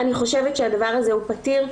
אני חושבת שהדבר הזה הוא פתיר,